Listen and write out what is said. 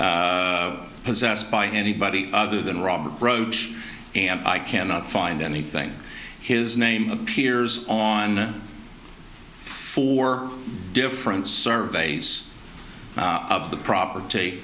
possessed by anybody other than robert broach and i cannot find anything his name appears on four different surveys of the property